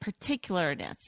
particularness